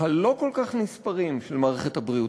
הלא-כל-כך נספרים של מערכת הבריאות.